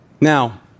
Now